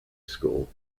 school